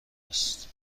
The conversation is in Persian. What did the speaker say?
است